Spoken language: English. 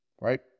right